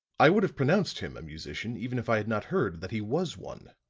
i would have pronounced him a musician, even if i had not heard that he was one,